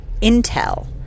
intel